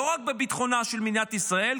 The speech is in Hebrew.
לא רק בביטחונה של מדינת ישראל,